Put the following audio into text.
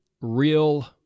real